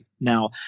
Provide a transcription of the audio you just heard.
Now